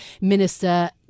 Minister